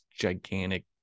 gigantic